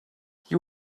you